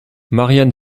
marian